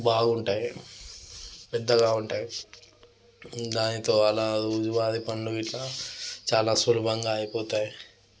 బాగా ఉంటాయి పెద్దగా ఉంటాయి దానితో అలా రోజువారీ పనులు ఇట్లా చాలా సులభంగా అయిపోతాయి